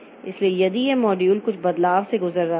इसलिए यदि यह मॉड्यूल कुछ बदलाव से गुजर रहा है